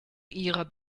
ihrer